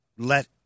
Let